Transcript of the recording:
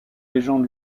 légende